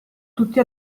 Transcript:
tutti